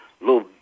little